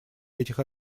этих